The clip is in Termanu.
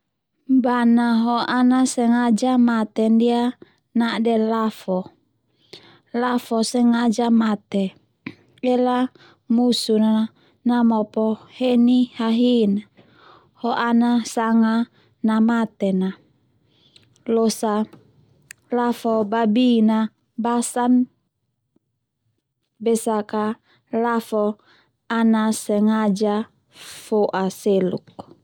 Bana ho ana sengaja mate ndia na'de lafo, lafo sengaja mate ela musuna namopo heni hahin ho ana sanga namaten a losa lafo babin a basan besak a lafo ana sengaja foa seluk.